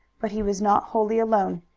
but he was not wholly alone.